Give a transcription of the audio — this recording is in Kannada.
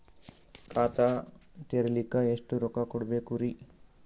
ಖಾತಾ ತೆರಿಲಿಕ ಎಷ್ಟು ರೊಕ್ಕಕೊಡ್ಬೇಕುರೀ?